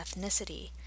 ethnicity